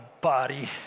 body